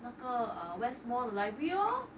那个 ah west mall 的 library lor